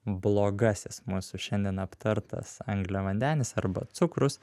blogasis mūsų šiandien aptartas angliavandenis arba cukrus